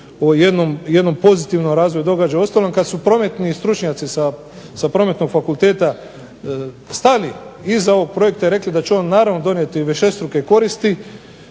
o jednom pozitivnom razvoju događaja. Uostalom kada su prometni stručnjaci sa Prometnog fakulteta stali iza ovog projekta rekli da će on donijeti višestruke koristi